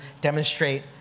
demonstrate